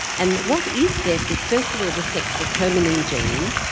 and what is left is first of all the sex determining gene,